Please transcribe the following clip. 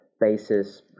basis